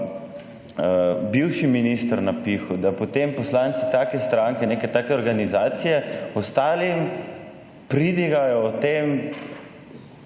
bivši minister napihu, da potem poslanci takšne stranke, neke take organizacije ostalim pridigajo o tem,